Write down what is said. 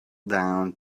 down